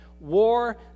War